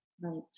right